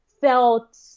felt